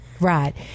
Right